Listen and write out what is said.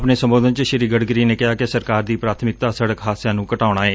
ਆਪਣੇ ਸੰਬੋਧਨ ਚ ਸ੍ਰੀ ਗਡਕਰੀ ਨੇ ਕਿਹਾ ਕਿ ਸਰਕਾਰ ਦੀ ਪ੍ਰਾਥਮਿਕਤਾ ਸੜਕ ਹਾਦਸਿਆਂ ਨੂੰ ਘਟਾਉਣਾ ਏ